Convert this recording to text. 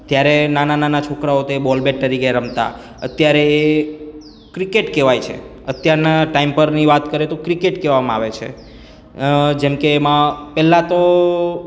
ત્યારે નાના નાના છોકરાઓ તે બોલ બેટ તરીકે રમતાં અત્યારે ક્રિકેટ કહેવાય છે અત્યારના ટાઈમપરની વાત કરીએ તો ક્રિકેટ કહેવામાં આવે છે જેમકે કે એમાં પહેલાં તો